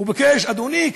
והוא ביקש: אדוני,